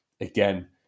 again